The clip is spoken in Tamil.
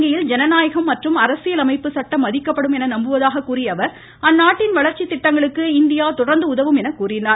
இலங்கையில் ஜனநாயகம் மற்றும் அரசியலமைப்பு சட்டம் மதிக்கப்படும் என நம்புவதாக கூறிய அவர் அந்நாட்டின் வளர்ச்சி திட்டங்களுக்கு இந்தியா தொடர்ந்து உதவும் என்றார்